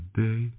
day